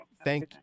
Thank